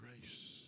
grace